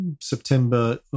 September